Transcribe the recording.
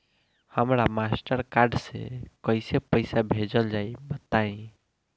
हमरा Mastercard से कइसे पईसा भेजल जाई बताई?